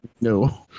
No